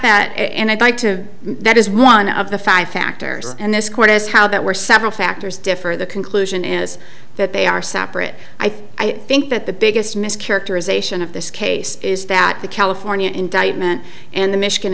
that and i'd like to that is one of the five factors in this court is how that were several factors differ the conclusion is that they are separate i think i think that the biggest mis characterization of this case is that the california indictment and the michigan